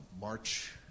March